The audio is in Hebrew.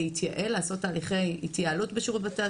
לעשות תהליכי התייעלות בשירות בתי